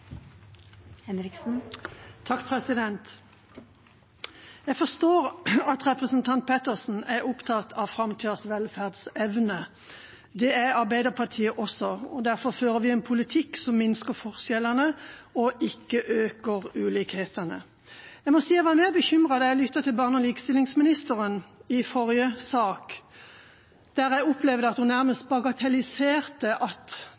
opptatt av framtidas velferdsevne. Det er Arbeiderpartiet også, og derfor fører vi en politikk som minsker forskjellene og ikke øker ulikhetene. Jeg må si jeg var mer bekymret da jeg lyttet til barne- og likestillingsministeren i forrige sak, der jeg opplevde at hun